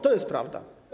To jest prawda.